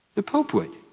the pope would.